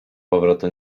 powrotu